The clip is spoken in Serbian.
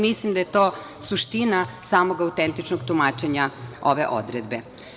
Mislim da je to suština samog autentičnog tumačenja ove odredbe.